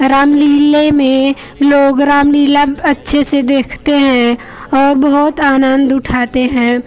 रामलीले में लोग रामलीला अब अच्छे से देखते हैं औ बहुत आनंद उठाते हैं